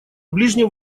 ближнем